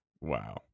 Wow